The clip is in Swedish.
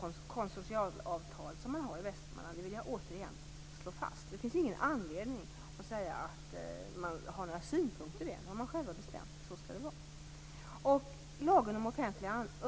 Min synpunkt till statsrådet är naturligtvis inte att Ines Uusmann i dag skall säga: Nej, naturligtvis skall vi ha det så här på alla orter.